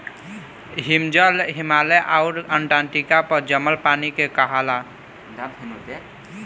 हिमजल, हिमालय आउर अन्टार्टिका पर जमल पानी के कहाला